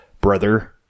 brother